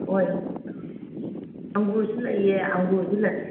ꯍꯣꯏ ꯑꯪꯒꯨꯔꯁꯨ ꯂꯩꯌꯦ ꯑꯪꯒꯨꯔꯁꯨ ꯂꯩ